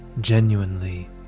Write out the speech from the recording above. genuinely